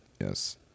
Yes